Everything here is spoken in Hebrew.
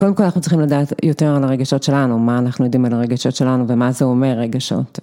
קודם כל אנחנו צריכים לדעת יותר על הרגשות שלנו, מה אנחנו יודעים על הרגשות שלנו ומה זה אומר רגשות.